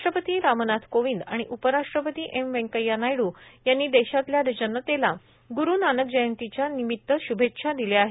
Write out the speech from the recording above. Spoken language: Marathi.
राष्ट्रपती रामनाथ कोविंद आणि उपराष्ट्रपती एम व्यंकय्या नायडू यांनी देशातल्या जनतेला गुरू नानक जयंती निमित्त शुभेच्छा दिल्या आहेत